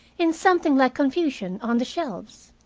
in something like confusion, on the shelves.